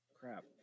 Crap